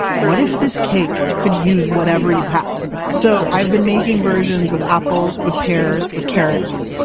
what if this cake could use whatever you have? so, i've been making versions with apples, with pears, with carrots,